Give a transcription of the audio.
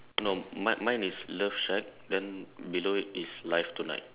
no mine mine is love shack then below it is live tonight